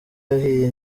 yahiye